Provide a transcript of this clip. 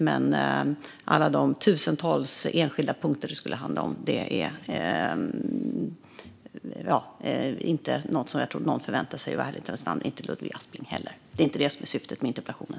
Men i ärlighetens namn tror jag inte att någon förväntar sig att vi ska hålla alla tusentals enskilda punkter i minnet - inte heller Ludvig Aspling. Jag tror inte att det är syftet med interpellationen.